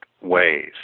ways